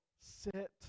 sit